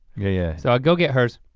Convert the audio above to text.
yeah yeah. so i go get hers,